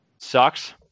sucks